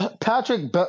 Patrick